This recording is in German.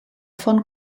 von